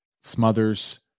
Smothers